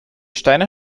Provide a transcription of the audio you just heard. steine